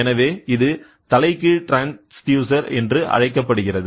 எனவே இது தலைகீழ் ட்ரான்ஸ்டியூசர் என்று அழைக்கப்படுகிறது